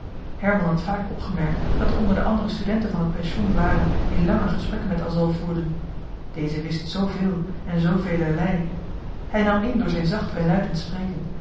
herman had vaak opgemerkt dat er onder de andere studenten van het pension waren die lange gesprekken met asal voerden deze wist zooveel en zoo velerlei hij nam in door zijn zacht welluidend spreken